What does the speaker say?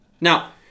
Now